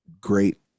great